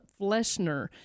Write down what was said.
Fleshner